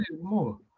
more